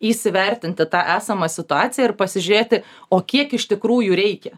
įsivertinti tą esamą situaciją ir pasižiūrėti o kiek iš tikrųjų reikia